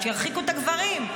שירחיקו את הגברים.